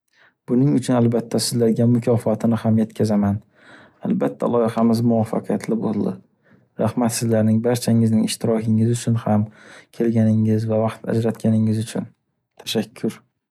Buning uchun albatta sizlarga mukofotini ham yetkazaman. Albatta loyihamiz muvoffaqiyatli bo’lli. Rahmat sizlarning barchangizning ishtirokingiz uchun ham, kelganingiz vaqt ajratganingiz uchun tashakkur.